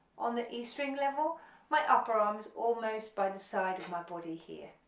on the e string level my upper arm is almost by the side of my body here,